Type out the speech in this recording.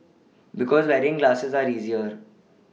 because wearing glasses are easier